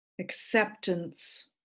acceptance